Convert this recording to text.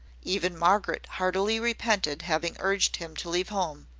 even margaret heartily repented having urged him to leave home.